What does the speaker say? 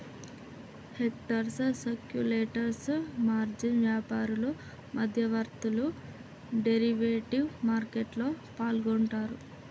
hedgers, speculators, margin వ్యాపారులు, మధ్యవర్తులు derivative మార్కెట్లో పాల్గొంటరు